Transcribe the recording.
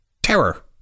terror